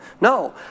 No